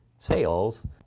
sales